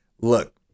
Look